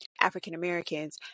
African-Americans